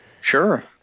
Sure